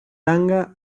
tanga